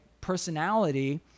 personality